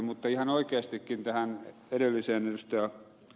mutta ihan oikeastikin tähän edelliseen ed